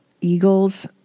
eagles